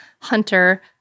hunter